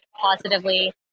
positively